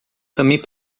também